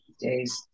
days